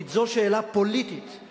כי זו שאלה פוליטית.